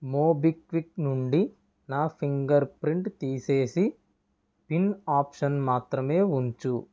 MobiKwik నుండి నా fingerprint తీసేసి పిన్ ఆప్షన్ మాత్రమే ఉంచు